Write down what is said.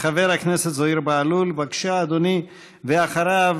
חבר הכנסת זוהיר בהלול, בבקשה, אדוני, ואחריו,